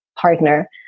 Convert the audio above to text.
partner